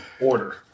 order